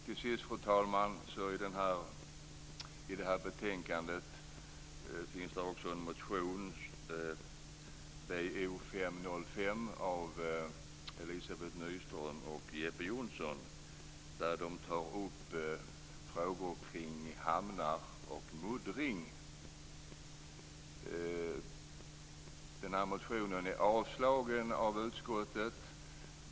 Till sist, fru talman, finns det i detta betänkande en motion, Bo505, av Elizabeth Nyström och Jeppe Johnsson som tar upp frågor kring hamnar och muddring. Motionen är avslagen av utskottet.